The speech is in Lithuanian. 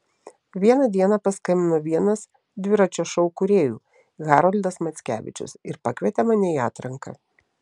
vieną dieną paskambino vienas dviračio šou kūrėjų haroldas mackevičius ir pakvietė mane į atranką